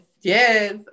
Yes